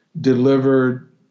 delivered